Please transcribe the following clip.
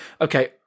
Okay